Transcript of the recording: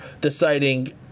deciding